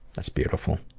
that's beautiful.